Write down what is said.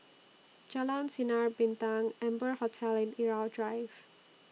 Jalan Sinar Bintang Amber Hotel and Irau Drive